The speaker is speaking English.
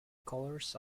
colors